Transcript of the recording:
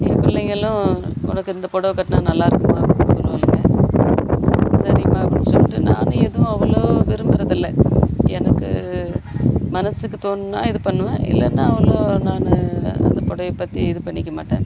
ன் பிள்ளைங்களும் உனக்கு இந்த பொடவை கட்டினா நல்லா இருக்கும் அப்படினு சொல்லுவாளுங்க சரிம்மா அப்படினு சொல்லிட்டு நானும் எதுவும் அவ்வளோ விரும்புகிறது இல்லை எனக்கு மனதுக்கு தோணினா இது பண்ணுவேன் இல்லைனா அவ்வளோ நான் அந்த பொடவையை பற்றி இது பண்ணிக்க மாட்டேன்